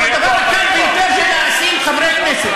עכשיו, הדבר הקל ביותר זה להאשים חברי כנסת.